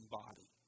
body